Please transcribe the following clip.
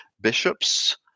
bishops